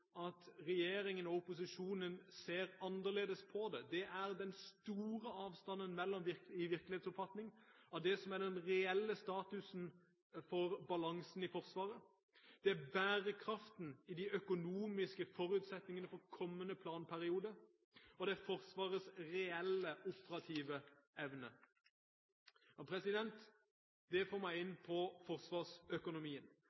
at regjeringen og opposisjonen ser forskjellig på det, er den store avstanden i virkelighetsoppfatning av hva som er den reelle statusen for balansen i Forsvaret, det er bærekraften i de økonomiske forutsetningene for kommende planperiode og det er Forsvarets reelle operative evne. Det får meg